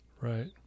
Right